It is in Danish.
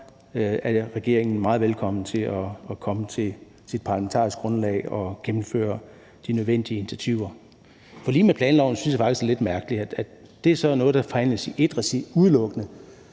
er regeringen meget velkommen til at komme til sit parlamentariske grundlag og gennemføre de nødvendige initiativer. For lige med planloven synes jeg faktisk, det er lidt mærkeligt, at det så er noget, der udelukkende